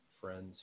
friends